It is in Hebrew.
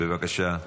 בבקשה,